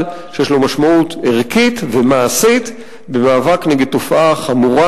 שיש לו משמעות ערכית ומעשית במאבק נגד תופעה חמורה,